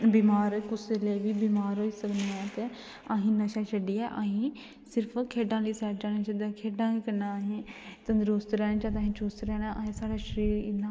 बमार कुसलै बी बिमार होई सकने आं असें नशा छड्डियै अहें गी सिर्फ खेढां आह्ली साइड जाना चाहिदी खेढां कन्नै अहेंगी तंदरुस्त रैह्ना चाहिदा असें चुस्त रैह्ना साढ़ा शरीर इ'न्ना